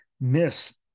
miss